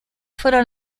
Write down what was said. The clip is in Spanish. fueron